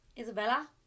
Isabella